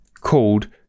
called